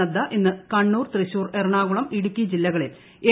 നദ്ദ ഇന്ന് കണ്ണൂർ തൃശൂർ എറണാകുളം ഇടുക്കി ജില്ലകളിൽ എൻ